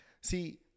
See